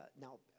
now